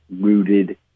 rooted